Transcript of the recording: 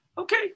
Okay